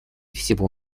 всего